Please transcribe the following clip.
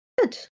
good